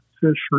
fishery